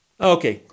Okay